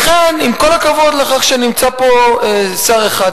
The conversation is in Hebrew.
לכן עם כל הכבוד לכך שנמצא פה שר אחד,